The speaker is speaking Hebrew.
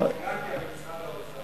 של הביורוקרטיה במשרד האוצר.